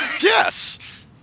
Yes